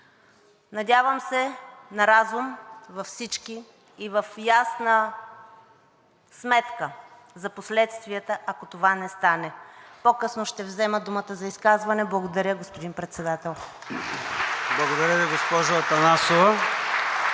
Надявам се на разум във всички и с ясна сметка за последствията, ако това не стане. По-късно ще взема думата за изказване. Благодаря, господин Председател.